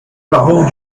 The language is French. parente